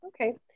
Okay